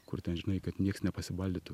kur ten žinai kad nieks nepasibaldytų